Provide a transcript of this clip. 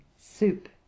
soup